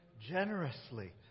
generously